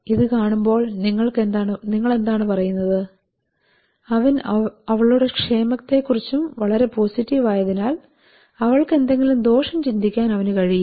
ഇത് കാണുമ്പോൾ നിങ്ങൾ എന്താണ് പറയുന്നത് അവൻ അവളുടെ ക്ഷേമത്തെക്കുറിച്ചും വളരെ പോസിറ്റീവായതിനാൽ അവൾക്ക് എന്തെങ്കിലും ദോഷം ചിന്തിക്കാൻ അവനു കഴിയില്ല